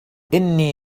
إني